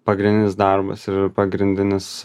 pagrindinis darbas ir pagrindinis